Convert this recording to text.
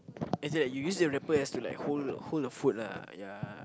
let's say like you use the wrapper as to like to hold hold your food lah like ya